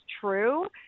true